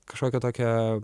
kažkokią tokią